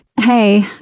Hey